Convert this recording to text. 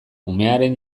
umearen